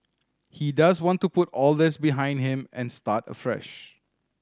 he does want to put all this behind him and start afresh